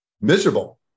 miserable